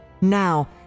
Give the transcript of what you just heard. Now